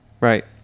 Right